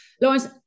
Lawrence